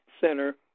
center